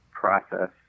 Process